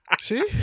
See